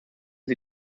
sie